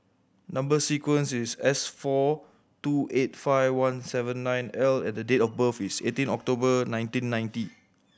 number sequence is S four two eight five one seven nine L and the date of birth is eighteen October nineteen ninety